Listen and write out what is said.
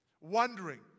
Wondering